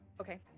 okay